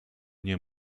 nie